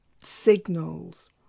signals